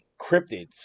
cryptids